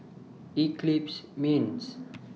Eclipse Mints